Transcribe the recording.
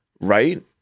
Right